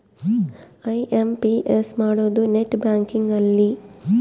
IMPS ಮಾಡೋದು net banking ಅಲ್ಲೆ